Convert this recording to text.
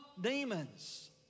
demons